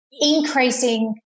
increasing